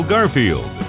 Garfield